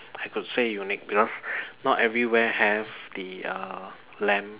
I could say unique because not everywhere have the uh lamb